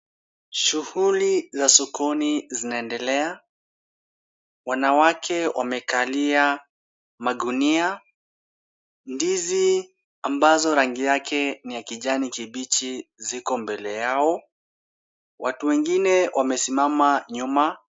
Shughuli za sokoni zinaendelea. Wanawake wamekalia magunia, ndizi ambazo rangi yake ni ya kijani kibichi ziko mbele yao. Watu wengine wamesimama nyuma.